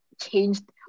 changed